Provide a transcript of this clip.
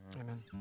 Amen